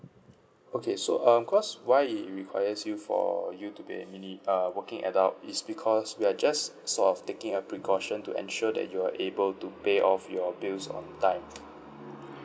okay so uh because why it requires you for you to be and uni~ uh walking adult is because we are just sort of taking a precaution to ensure that you're able to pay off your bills on time